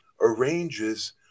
arranges